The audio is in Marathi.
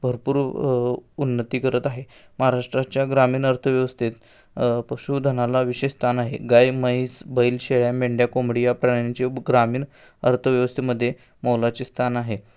भरपूर उन्नती करत आहे महाराष्ट्राच्या ग्रामीण अर्थव्यवस्थेत पशुधनाला विशेष स्थान आहे गाय म्हैस बैल शेळ्या मेंढ्या कोंबडी या प्राण्यांचे ग्रामीण अर्थव्यवस्थेमध्ये मोलाचे स्थान आहे